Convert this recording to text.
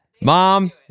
mom